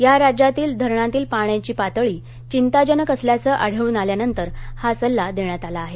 या राज्यांतील धरणांतील पाण्याची पातळी चिंताजनक असल्याचं आढळून आल्यानंतर हा सल्ला देण्यात आला आहे